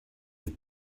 have